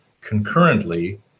concurrently